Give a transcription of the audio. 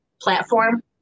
platform